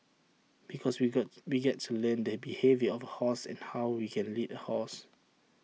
because we got we get to learn the behaviour of horse and how we can lead A horse